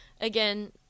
again